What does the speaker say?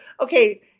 okay